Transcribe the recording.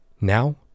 Now